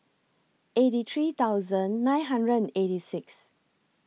eight three nine hundred and eighty six